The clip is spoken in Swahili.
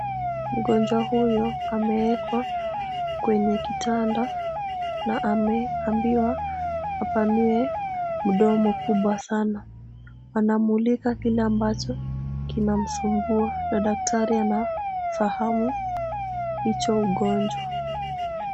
Mgonjwa huyu ameekwa kwenye kitanda na ameambiwa apanue mdomo kubwa sana. Wanamulika kile ambacho kinamsumbua na daktari anafahamu hicho ugonjwa.